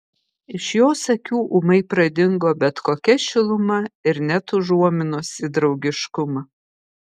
iš jos akių ūmai pradingo bet kokia šiluma ir net užuominos į draugiškumą